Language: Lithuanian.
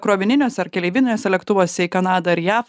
krovininiuose ar keleiviniuose lėktuvuose į kanadą ar jav